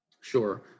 Sure